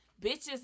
bitches